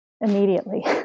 immediately